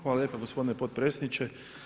Hvala lijepa gospodine potpredsjedniče.